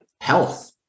health